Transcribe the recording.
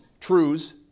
truths